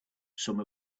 some